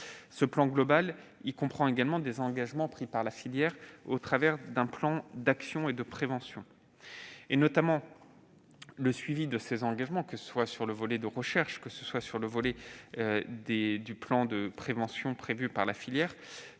Ce plan comprend également des engagements pris par la filière au travers d'un plan d'action et de prévention. Le suivi de ces engagements, que ce soit sur le volet de la recherche ou sur celui du plan de prévention prévu par la filière,